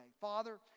Father